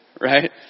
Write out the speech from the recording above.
Right